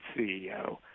CEO